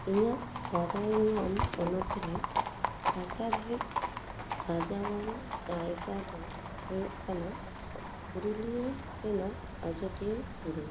ᱤᱧᱟᱹᱜ ᱵᱟᱰᱟᱭ ᱧᱟᱢ ᱯᱚᱱᱚᱛᱨᱮ ᱥᱟᱪᱟᱨᱦᱮᱫ ᱥᱟᱡᱟᱣᱟᱱ ᱡᱟᱭᱜᱟ ᱫᱚ ᱦᱩᱭᱩᱜ ᱠᱟᱱᱟ ᱯᱩᱨᱩᱞᱤᱭᱟᱹ ᱨᱮᱱᱟᱜ ᱟᱡᱚᱫᱷᱤᱭᱟᱹ ᱵᱩᱨᱩ